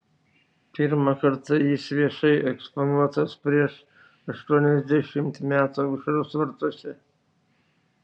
pirmą kartą jis viešai eksponuotas prieš aštuoniasdešimt metų aušros vartuose